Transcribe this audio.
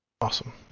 Awesome